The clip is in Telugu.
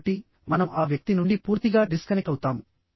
కాబట్టి మనం ఆ వ్యక్తి నుండి పూర్తిగా డిస్కనెక్ట్ అవుతాము